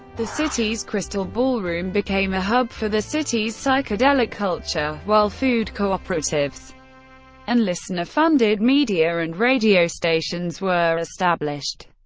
the city's crystal ballroom became a hub for the city's psychedelic culture, while food cooperatives and listener-funded media and radio stations were established.